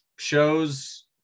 shows